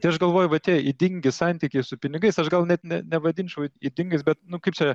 tai aš galvoju vat tie ydingi santykiai su pinigais aš gal net ne nevadinčiau ydingais bet nu kaip čia